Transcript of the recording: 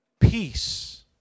peace